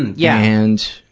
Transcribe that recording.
yeah. and.